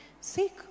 Seek